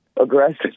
aggressive